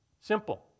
Simple